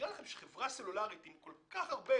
נראה לכם שחברה סלולרית, עם כל כך הרבה